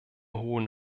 hohen